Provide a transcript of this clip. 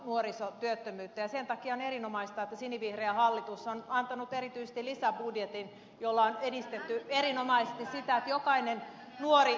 sen takia on erinomaista että sinivihreä hallitus on antanut erityisesti lisäbudjetin jolla on edistetty erinomaisesti sitä että jokainen nuori työllistyy